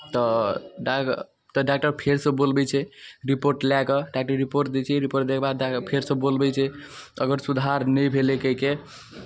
तऽ डॉक तऽ डॉक्टर फेरसँ बोलबै छै रिपोर्ट लए कऽ डॉक्टर रिपोर्ट दै छै रिपोर्ट दैके बाद डॉक्टर फेरसँ बोलबै छै अगर सुधार नहि भेलै कोइके